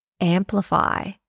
amplify